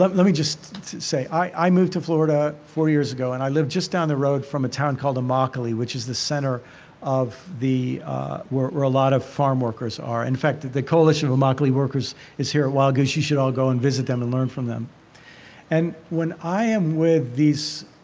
ah let me just say, i moved to florida four years ago and i live just down the road from a town called immokalee, which is the center of the where where a lot of farm workers are. in fact, the coalition of immokalee workers is here at wild goose. you should all go and visit them and learn from them and when i am with these